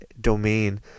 domain